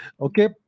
Okay